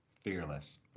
fearless